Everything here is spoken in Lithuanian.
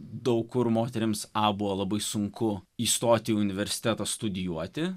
daug kur moterims abu labai sunku įstoti į universitetą studijuoti